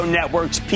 Networks